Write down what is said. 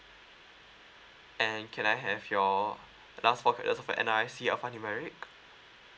and can I have your last four characters of N_R_I_C alphanumeric